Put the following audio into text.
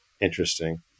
interesting